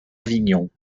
avignon